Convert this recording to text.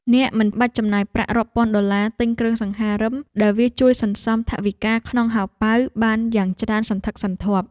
អ្នកមិនបាច់ចំណាយប្រាក់រាប់ពាន់ដុល្លារទិញគ្រឿងសង្ហារិម ដែលវាជួយសន្សំថវិកាក្នុងហោប៉ៅបានយ៉ាងច្រើនសន្ធឹកសន្ធាប់។